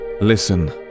Listen